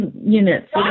units